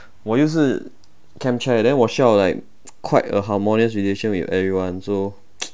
我又是 then 我需要 like quite a harmonious relations with everyone so